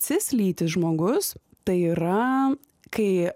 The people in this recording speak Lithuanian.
cislytis žmogus tai yra kai